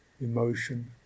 emotion